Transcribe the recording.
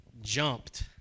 jumped